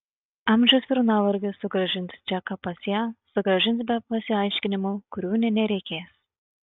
amžius ir nuovargis sugrąžins džeką pas ją sugrąžins be pasiaiškinimų kurių nė nereikės